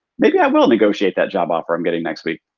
maybe i will negotiate that job offer i'm getting next week.